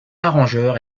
arrangeur